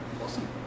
Awesome